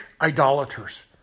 idolaters